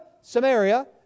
Samaria